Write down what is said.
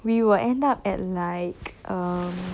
we will end up at like err